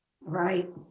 Right